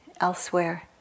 elsewhere